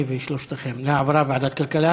להעברה לוועדת הכלכלה.